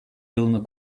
yılını